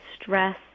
stress